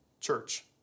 Church